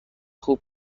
خوب